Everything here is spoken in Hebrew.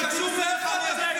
איך אתם מעיזים להצביע נגד?